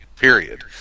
Period